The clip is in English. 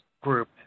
group